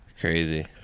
Crazy